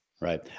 Right